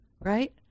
Right